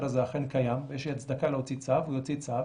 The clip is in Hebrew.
הזה אכן קיים ויש הצדקה להוציא צו הוא יוציא צו